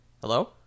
Hello